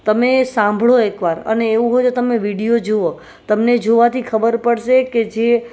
તમે સાંભળો એકવાર અને એવું હોય તો તમે વિડીયો જુઓ તમને જોવાથી ખબર પડશે કે જે